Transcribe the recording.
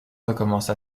recommença